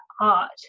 art